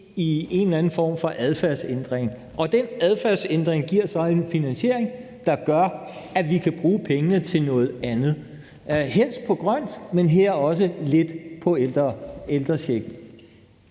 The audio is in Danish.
i en eller anden form for adfærdsændring. Den adfærdsændring giver så en finansiering, der gør, at vi kan bruge pengene på noget andet, helst på noget grønt, man her også lidt på ældrechecken.